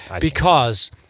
Because-